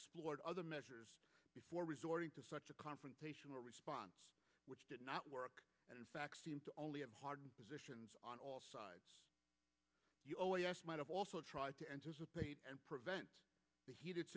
explored other measures before resorting to such a confrontational response which did not work and in fact seemed to only have hardened positions on all sides might have also tried to anticipate and prevent heated